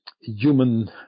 human